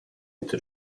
into